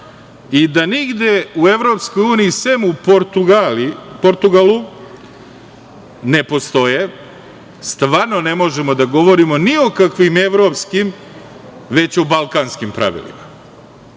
i da negde u EU sem u Portugalu ne postoje, stvarno ne možemo da govorimo ni o kakvim evropskim, već o balkanskim pravilima.